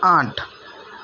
આઠ